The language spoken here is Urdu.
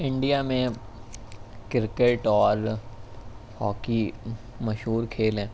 انڈیا میں کرکٹ اور ہاکی مشہور کھیل ہیں